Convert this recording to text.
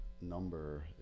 number